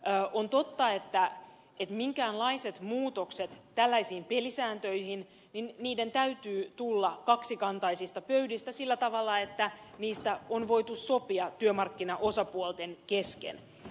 on totta että minkäänlaisten muutosten tällaisiin pelisääntöihin täytyy tulla kaksikantaisista pöydistä sillä tavalla että niistä on voitu sopia työmarkkinaosapuolten kesken